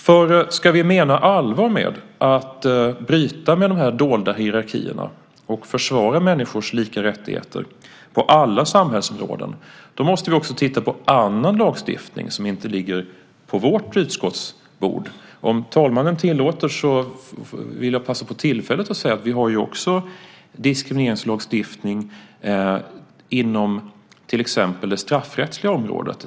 Menar vi allvar med att bryta med de dolda hierarkierna och försvara människors lika rättigheter på alla samhällsområden måste vi också titta på annan lagstiftning, som inte ligger på vårt utskotts bord. Om talmannen tillåter vill jag passa på tillfället att säga att vi också har diskrimineringslagstiftning inom till exempel det straffrättsliga området.